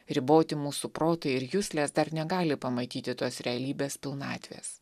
riboti mūsų protai ir juslės dar negali pamatyti tos realybės pilnatvės